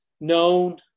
known